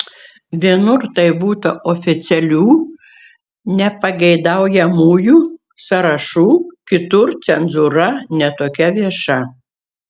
vienur tai būta oficialių nepageidaujamųjų sąrašų kitur cenzūra ne tokia vieša